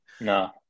No